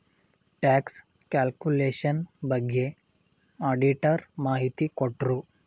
tax calculation ಬಗ್ಗೆ auditor ಮಾಹಿತಿ ಕೊಟ್ರು